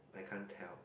I can't tell